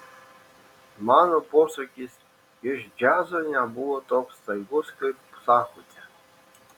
mano posūkis iš džiazo nebuvo toks staigus kaip sakote